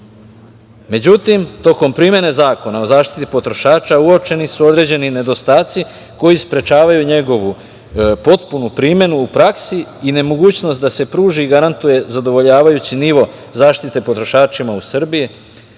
tokom primene Zakona o zaštiti potrošača uočeni su određeni nedostaci koji sprečavaju njegovu potpunu primenu u praksi i nemogućnost da se pruža i garantuje zadovoljavajući nivo zaštite potrošačima u Srbiji,